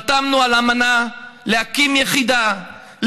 חתמנו על אמנה להקים יחידה,